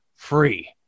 free